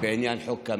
בעניין חוק קמיניץ.